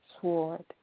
sword